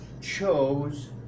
chose